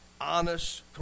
honest